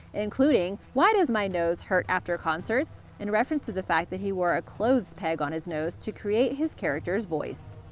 including why does my nose hurt after concerts in reference to the fact he wore a clothes peg on his nose to create his characters' voice.